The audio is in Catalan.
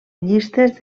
llistes